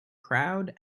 crowd